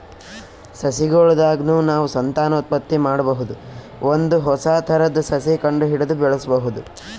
ಸಸಿಗೊಳ್ ದಾಗ್ನು ನಾವ್ ಸಂತಾನೋತ್ಪತ್ತಿ ಮಾಡಬಹುದ್ ಒಂದ್ ಹೊಸ ಥರದ್ ಸಸಿ ಕಂಡಹಿಡದು ಬೆಳ್ಸಬಹುದ್